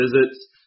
visits